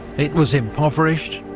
it was impoverished,